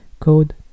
code